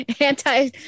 Anti